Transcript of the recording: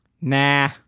Nah